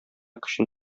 көчен